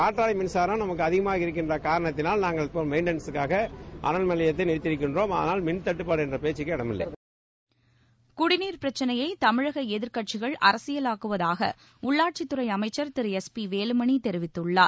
காற்றாலை மின்சாம் அதிகமாக இருக்கின்ற காணத்தால் மெயின்டஸ்ஸுக்காக அனல்மின் நிலையங்கள மூடியிருக்கிறோம் அதனால மின்தட்டுப்பாடு என்ற பேச்சுக்கே இடமில்லை குடிநீர் பிரச்னையை தமிழக எதிர்க்கட்சிகள் அரசியலாக்குவதாக உள்ளாட்சித்துறை அமைச்சர் திரு எஸ் பி வேலுமணி தெரிவித்துள்ளார்